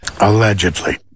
Allegedly